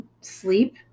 sleep